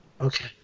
Okay